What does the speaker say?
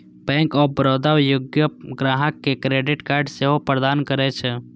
bank of Baroda योग्य ग्राहक कें क्रेडिट कार्ड सेहो प्रदान करै छै